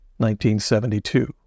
1972